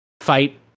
fight